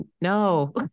No